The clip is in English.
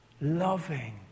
loving